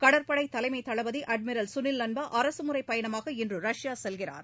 கடற்படைதலைமைதளபதிஅட்மிரல் கனில் லம்பா அரசுமுறைப் பயணமாக இன்று ரஷ்யா செல்கிறார்